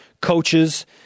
coaches